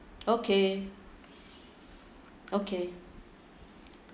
okay okay